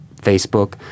facebook